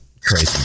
crazy